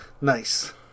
Nice